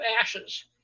ashes